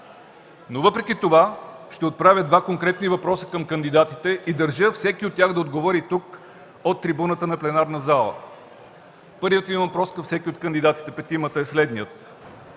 Въпреки това ще оправя два конкретни въпроса към кандидатите и държа всеки от тях да отговори тук, от трибуната на пленарната зала. Първият ми въпрос към всеки от петимата кандидати е следният: